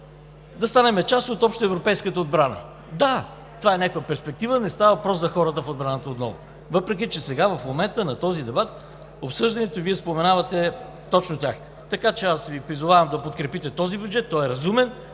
да станем част от общоевропейската отбрана. Да, това е някаква перспектива, не става въпрос за хората в отбраната отново, въпреки че сега, в момента, в обсъждането на този дебат Вие споменавате точно тях. Аз Ви призовавам да подкрепите този бюджет. Той е разумен,